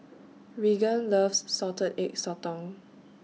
Raegan loves Salted Egg Sotong